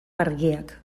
argiak